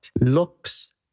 looks